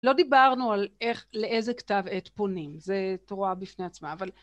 לא דיברנו על איך, לאיזה כתב עת פונים, זה... תורה בפני עצמה, אבל